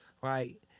right